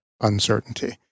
uncertainty